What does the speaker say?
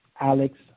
Alex